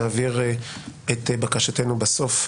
נעביר את בקשתנו בסוף,